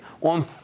On